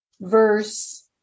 verse